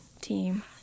team